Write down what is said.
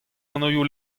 anvioù